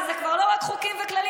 ואלה זה כבר לא רק חוקים וכללים,